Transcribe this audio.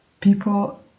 people